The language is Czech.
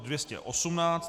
218.